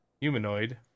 humanoid